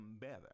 better